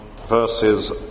verses